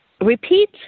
repeat